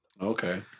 Okay